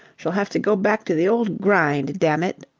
shall have to go back to the old grind, damn it.